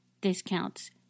discounts